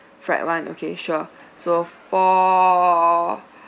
fried [one] okay sure so four